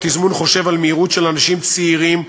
התזמון חושב על מהירות של אנשים צעירים,